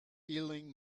feeling